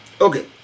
Okay